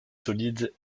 solide